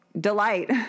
Delight